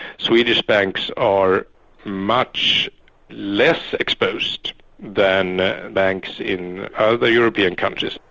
swedish banks are much less exposed than banks in other european countries.